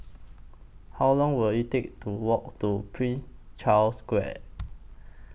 How Long Will IT Take to Walk to Prince Charles Square